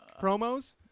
promos